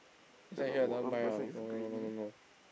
next time you here I don't want buy [liao] no no no no no